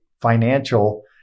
financial